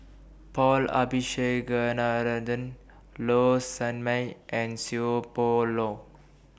Paul Low Sanmay and Seow Poh Leng